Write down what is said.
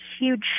huge